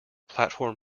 platform